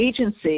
agency